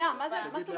ישיב